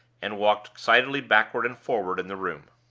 and walked excitedly backward and forward in the room.